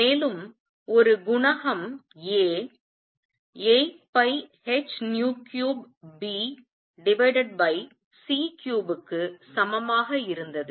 மேலும் ஒரு குணகம் A 8πh3Bc3க்கு சமமாக இருந்தது